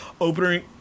opening